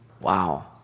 Wow